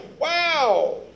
Wow